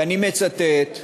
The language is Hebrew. ואני מצטט,